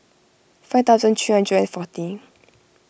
five thousand three hundred and forty